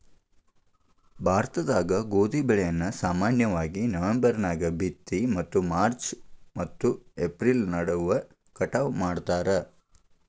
ಭಾರತದಾಗ ಗೋಧಿ ಬೆಳೆಯನ್ನ ಸಾಮಾನ್ಯವಾಗಿ ನವೆಂಬರ್ ನ್ಯಾಗ ಬಿತ್ತಿ ಮತ್ತು ಮಾರ್ಚ್ ಮತ್ತು ಏಪ್ರಿಲ್ ನಡುವ ಕಟಾವ ಮಾಡ್ತಾರ